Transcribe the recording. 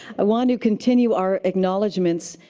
i want to continue our acknowledgements.